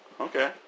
Okay